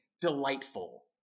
delightful